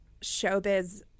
showbiz